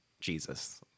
Jesus